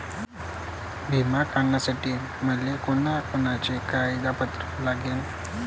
बिमा काढासाठी मले कोनची कोनची कागदपत्र लागन?